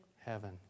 heaven